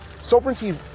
Sovereignty